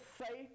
say